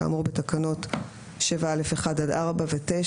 כאמור בתקנות 7(א)(1) עד (4) ו-(9),